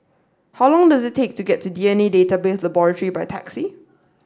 how long does it take to get to DNA Database Laboratory by taxi